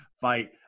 fight